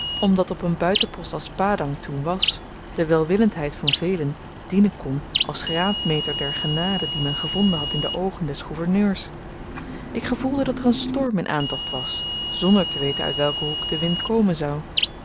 omdat op een buitenpost als padang toen was de welwillendheid van velen dienen kon als graadmeter der genade die men gevonden had in de oogen des gouverneurs ik gevoelde dat er een storm in aantocht was zonder te weten uit welken hoek de wind komen zou